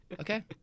Okay